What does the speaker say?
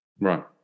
Right